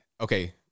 Okay